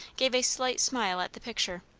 gave a slight smile at the picture.